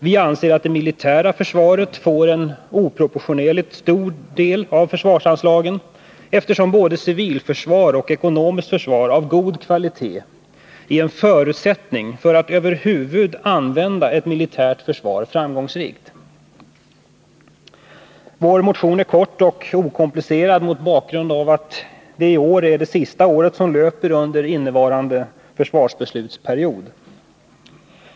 Vi anser att det militära försvaret får en oproportionerligt stor andel av försvarsanslagen, eftersom både civilförsvar och ekonomiskt försvar av god kvalitet är en förutsättning för att över huvud använda ett militärt försvar framgångsrikt.” Vår motion är kort och okomplicerad mot bakgrund av att detta år är det sista året som löper i innevarande försvarsbeslutsperiod.